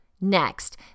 Next